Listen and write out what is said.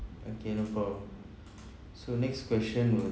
okay no problem so next question will